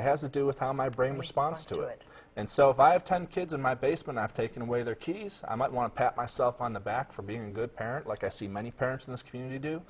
has a do with how my brain responds to it and so if i have ten kids in my basement i've taken away their keys i might want to pat myself on the back for being a good parent like i see many parents in this community do